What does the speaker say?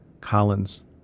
Collins